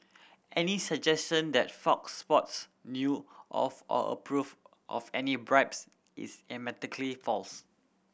any suggestion that Fox Sports knew of or approved of any bribes is emphatically false